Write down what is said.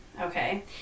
Okay